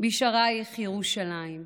בשערייך ירושלם.